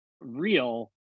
real